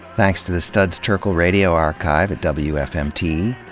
thanks to the studs terkel radio archive at wfmt,